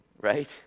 right